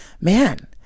man